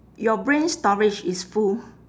your brain storage is full